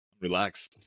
Relax